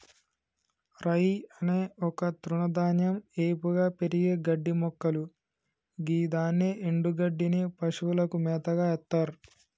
రై అనేది ఒక తృణధాన్యం ఏపుగా పెరిగే గడ్డిమొక్కలు గిదాని ఎన్డుగడ్డిని పశువులకు మేతగ ఎత్తర్